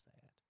sad